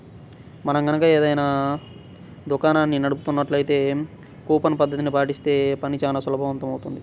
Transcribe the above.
మనం గనక ఏదైనా దుకాణాన్ని నడుపుతున్నట్లయితే కూపన్ పద్ధతిని పాటిస్తే పని చానా సులువవుతుంది